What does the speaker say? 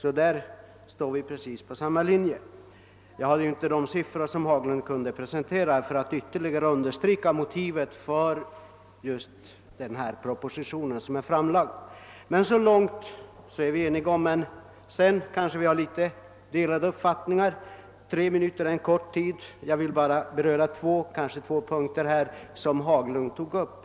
Jag hade inte tillgång till de siffror som herr Haglund kunde presentera för att ytterligare understyrka motiven för den framlagda propositionen, men så långt är vi således eniga. För övrigt finns det kanske delade meningar. Tre minuter är en kort tid, och jag hinner kanske bara beröra två av de punkter som herr Haglund tog upp.